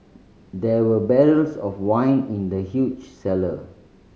there were barrels of wine in the huge cellar